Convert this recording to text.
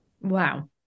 Wow